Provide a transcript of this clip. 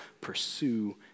pursue